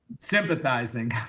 sympathizing,